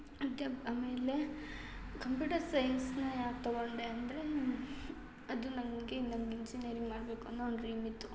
ಆಮೇಲೆ ಕಂಪ್ಯೂಟರ್ ಸೈನ್ಸನ್ನೇ ಯಾಕೆ ತಗೊಂಡೆ ಅಂದರೆ ಅದು ನನಗೆ ನಂಗೆ ಇಂಜಿನಿಯರಿಂಗ್ ಮಾಡಬೇಕು ಅನ್ನೋ ಒನ್ ಡ್ರೀಮ್ ಇತ್ತು